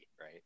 right